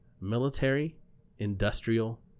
military-industrial